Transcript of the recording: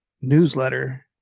newsletter